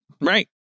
Right